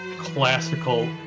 classical